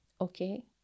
Okay